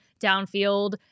downfield